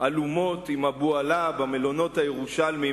עלומות עם אבו עלא במלונות הירושלמיים,